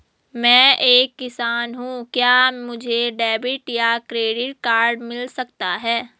मैं एक किसान हूँ क्या मुझे डेबिट या क्रेडिट कार्ड मिल सकता है?